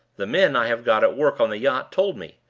the men i have got at work on the yacht told me.